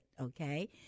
okay